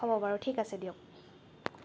হ'ব বাৰু ঠিক আছে দিয়ক